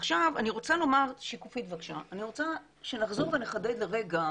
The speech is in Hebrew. עכשיו אני רוצה שנחזור ונחדד לרגע